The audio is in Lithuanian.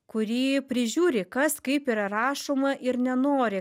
kurį prižiūri kas kaip yra rašoma ir nenori